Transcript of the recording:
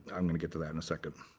i'm going to get to that in a second.